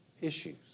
Issues